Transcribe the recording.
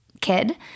kid